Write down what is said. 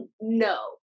no